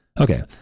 Okay